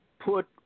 put